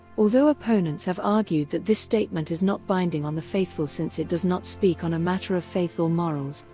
although opponents have argued that this statement is not binding on the faithful since it does not speak on a matter of faith or morals,